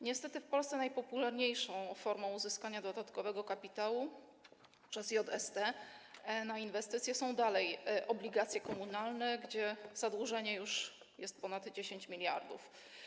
Niestety, w Polsce najpopularniejszą formą uzyskania dodatkowego kapitału przez JST na inwestycje są dalej obligacje komunalne, gdzie zadłużenie wynosi już ponad 10 mld.